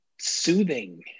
soothing